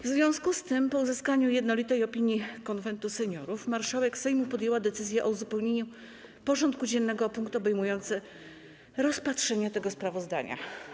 W związku z tym, po uzyskaniu jednolitej opinii Konwentu Seniorów, marszałek Sejmu podjęła decyzję o uzupełnieniu porządku dziennego o punkt obejmujący rozpatrzenie tego sprawozdania.